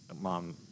mom